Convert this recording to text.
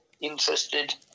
interested